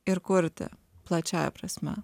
ir kurti plačiąja prasme